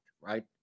Right